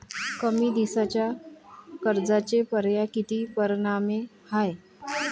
कमी दिसाच्या कर्जाचे पर्याय किती परमाने हाय?